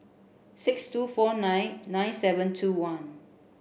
six two four nine nine seven two one